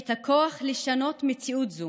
את הכוח לשנות מציאות זו.